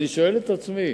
אני שואל את עצמי